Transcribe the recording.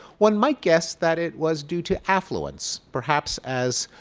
one might guess that it was due to affluence. perhaps as